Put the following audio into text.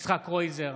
יצחק קרויזר,